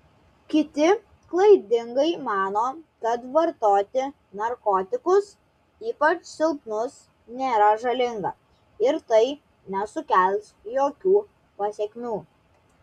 kiti klaidingai mano kad vartoti narkotikus ypač silpnus nėra žalinga ir tai nesukels jokių pasekmių